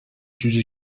جوجه